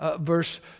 verse